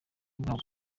guhabwa